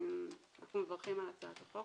אנחנו מברכים על הצעת החוק,